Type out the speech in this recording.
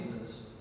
Jesus